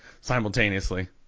simultaneously